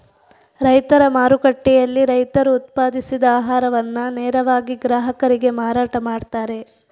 ರೈತರ ಮಾರುಕಟ್ಟೆಯಲ್ಲಿ ರೈತರು ಉತ್ಪಾದಿಸಿದ ಆಹಾರವನ್ನ ನೇರವಾಗಿ ಗ್ರಾಹಕರಿಗೆ ಮಾರಾಟ ಮಾಡ್ತಾರೆ